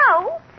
no